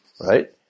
right